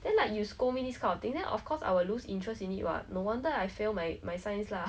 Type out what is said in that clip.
I cried lah okay I don't know why I was so scared of like our parents last time